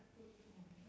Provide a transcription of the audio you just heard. orh orh